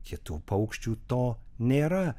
kitų paukščių to nėra